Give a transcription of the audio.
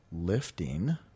lifting